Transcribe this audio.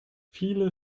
viele